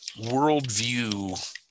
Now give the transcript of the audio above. worldview